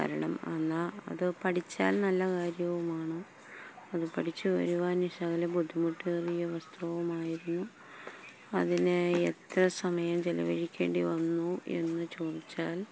കാരണം എന്നാല് അത് പഠിച്ചാൽ നല്ല കാര്യവുമാണ് അത് പഠിച്ചുവരുവാൻ ശകലം ബുദ്ധിമുട്ടേറിയ വസ്ത്രവുമായിരുന്നു അതിന് എത്രസമയം ചെലവഴിക്കേണ്ടി വന്നുവെന്ന് ചോദിച്ചാൽ